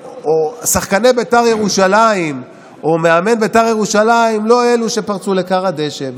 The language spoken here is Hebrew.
ששחקני בית"ר ירושלים או מאמן בית"ר ירושלים הם לא אלה שפרצו לכר הדשא.